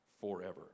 forever